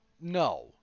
No